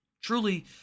truly